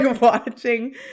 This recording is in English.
watching